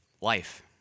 life